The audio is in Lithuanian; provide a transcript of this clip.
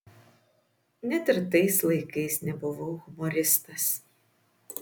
net ir tais laikais nebuvau humoristas